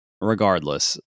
regardless